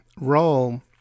role